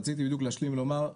רציתי בדיוק להשלים ולומר,